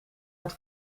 het